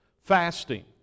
fasting